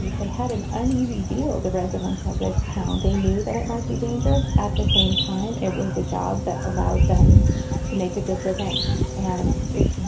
they had an uneasy deal, the residents of this town. they knew that it might be dangerous at the same time. it was a job that allowed them to make a good living and it,